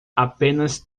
apenas